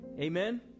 Amen